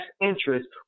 interest